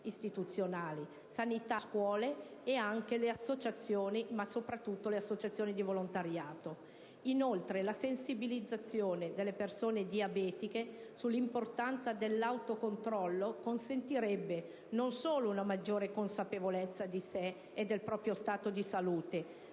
istituzionali (tra cui, sanità e scuole) ed associazioni (soprattutto quelle di volontariato). La sensibilizzazione delle persone diabetiche sull'importanza dell'autocontrollo poi consentirebbe non solo una maggior consapevolezza di sé e del proprio stato di salute,